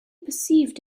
perceived